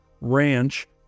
ranch